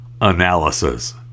analysis